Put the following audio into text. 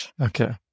Okay